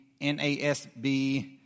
NASB